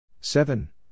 seven